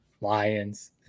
Lions